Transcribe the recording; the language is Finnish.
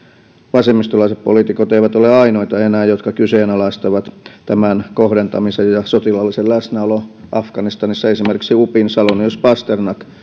vasemmistolaiset poliitikot eivät ole enää ainoita jotka kyseenalaistavat tämän kohdentamisen ja sotilaallisen läsnäolon afganistanissa esimerkiksi upin salonius pasternak